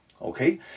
okay